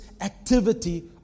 activity